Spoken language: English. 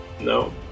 no